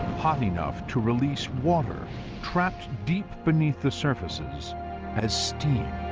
hot enough to release water trapped deep beneath the surfaces as steam.